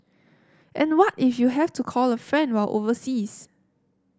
and what if you have to call a friend while overseas